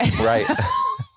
Right